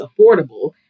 affordable